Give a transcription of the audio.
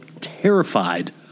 terrified